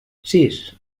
sis